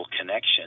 connection